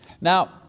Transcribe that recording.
Now